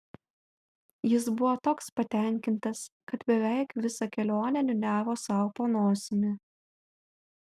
jis buvo toks patenkintas kad beveik visą kelionę niūniavo sau po nosimi